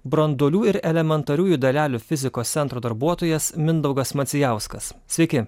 branduolių ir elementariųjų dalelių fizikos centro darbuotojas mindaugas macijauskas sveiki